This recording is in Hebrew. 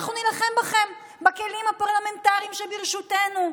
אנחנו נילחם בכם בכלים הפרלמנטריים שברשותנו.